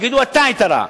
יגידו אתה היית רע,